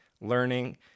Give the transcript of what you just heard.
learning